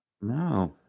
no